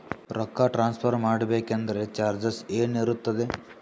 ರೊಕ್ಕ ಟ್ರಾನ್ಸ್ಫರ್ ಮಾಡಬೇಕೆಂದರೆ ಚಾರ್ಜಸ್ ಏನೇನಿರುತ್ತದೆ?